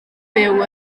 byw